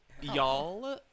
y'all